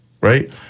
Right